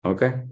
Okay